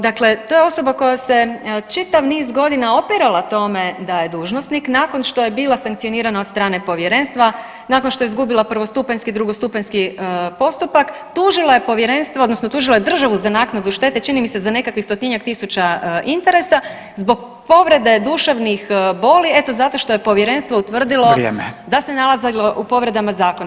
Dakle, to je osoba koja se čitav niz godina opirala tome da je dužnosnik nakon što je bila sankcionirana od strane povjerenstva, nakon što je izgubila prvostupanjski i drugostupanjski postupak tužila je povjerenstvo odnosno tužila je državu za naknadu štete čini mi se za nekakvih 100-tinjak tisuća interesa zbog povrede duševnih boli eto zato što je povjerenstvo utvrdilo [[Upadica: Vrijeme]] da se nalazilo u povredama zakona.